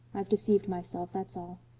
i've deceived myself, that's all.